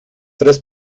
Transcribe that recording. tres